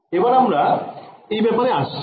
এবার আমরা এই ব্যপারে আসছি